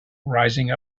rising